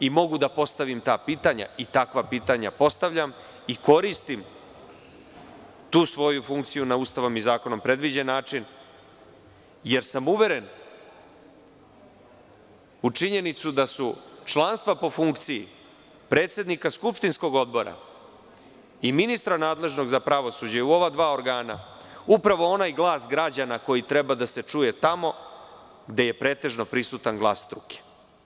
I mogu da postavim ta pitanja, i takva pitanja postavljam, i koristim tu svoju funkciju Ustavom i zakonom na predviđen način, jer sam uveren u činjenicu da su članstva po funkciji predsednika skupštinskog odbora i ministra nadležnog za pravosuđe u ova dva, upravo onaj glas građana koji treba da se čuje tamo gde je pretežno prisutan glas struke.